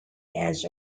edge